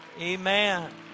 Amen